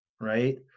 right